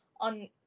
on